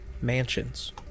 mansions